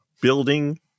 building